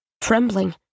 trembling